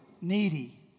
needy